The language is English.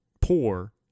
poor